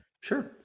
Sure